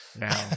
Now